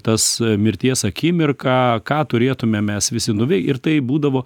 tas mirties akimirka ką turėtume mes visi ir tai būdavo